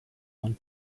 one